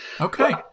okay